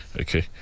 Okay